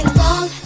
long